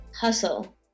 Hustle